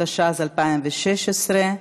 התשע"ז 2016,